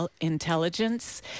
intelligence